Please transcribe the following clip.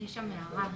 יש הערה?